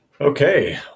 Okay